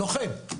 לוחם.